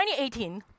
2018